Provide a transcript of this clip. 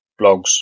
blogs